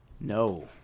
No